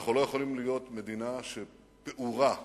אנחנו לא יכולים להיות מדינה שפעורה להסתננות,